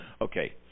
Okay